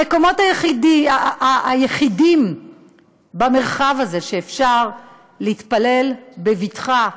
המקומות היחידים במרחב הזה שאפשר להתפלל בהם בבטחה,